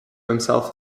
himself